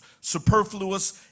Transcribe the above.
superfluous